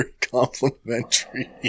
complimentary